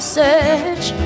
search